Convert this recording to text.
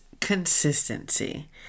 consistency